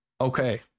Okay